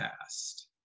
past